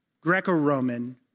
Greco-Roman